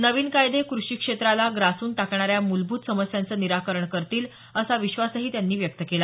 नवीन कायदे कृषी क्षेत्राला ग्रासून टाकणाऱ्या मूलभूत समस्यांचं निराकरण करतील असा विश्वासही त्यांनी व्यक्त केला